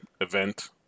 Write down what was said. event